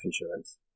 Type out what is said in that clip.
insurance